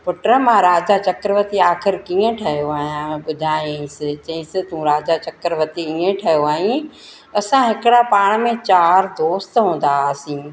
पुटु मां राजा चक्करवरती आख़िरु कीअं ठहियो आहियां ॿुधाईंसि चईंसि तूं राजा चक्करवती ईअं ठहियो आईं असां हिकिड़ा पाण में चारि दोस्त हूंदा हुआसीं